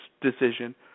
decision